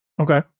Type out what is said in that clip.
Okay